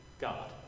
God